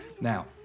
Now